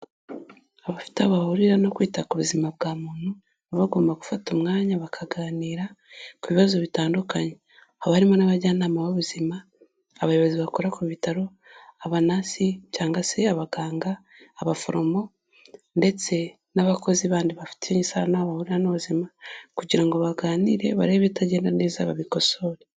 Abafite aho bahurira no kwita ku buzima bwa muntu, baba bagomba gufata umwanya bakaganira ku bibazo bitandukanye. Haba harimu n'abajyanama b'ubuzima, abayobozi bakora ku bitaro, abanasi cyangwa se abaganga, abaforomo ndetse n'abakozi bandi bafitanye isano n'aho bahurira n'ubuzima kugira ngo baganire bare ibitagenda neza babikosore.